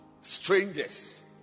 strangers